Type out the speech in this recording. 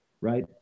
right